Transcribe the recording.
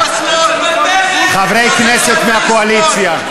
חברי הכנסת מהקואליציה,